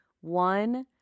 One